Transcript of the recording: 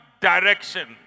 direction